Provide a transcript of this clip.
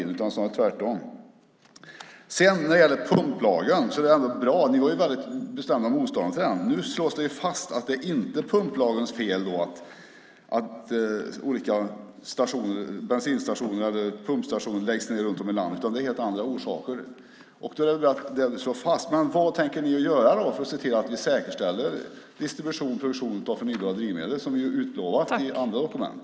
Det var inte så att ni hade gemensamma reservationer hela tiden, utan det var snarare tvärtom. Ni var bestämda motståndare till pumplagen, men nu slås det fast att det inte är pumplagens fel att olika pumpstationer läggs ned runt om i landet, utan det har helt andra orsaker. Vad tänker ni göra att för att säkerställa distribution och produktion av förnybara drivmedel, som vi utlovat i andra dokument?